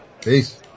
Peace